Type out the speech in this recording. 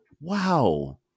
wow